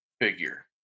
figure